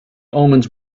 omens